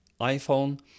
iPhone